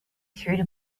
through